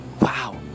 wow